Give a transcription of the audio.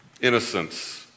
Innocence